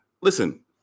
listen